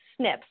SNPs